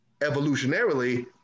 evolutionarily